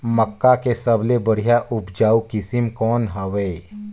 मक्का के सबले बढ़िया उपजाऊ किसम कौन हवय?